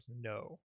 No